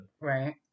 right